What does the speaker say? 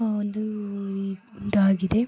ಒಂದು ಇದಾಗಿದೆ